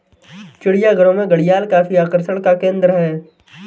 चिड़ियाघरों में घड़ियाल काफी आकर्षण का केंद्र है